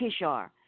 Kishar